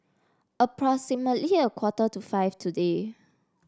approximately a quarter to five today